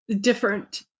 different